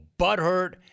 butthurt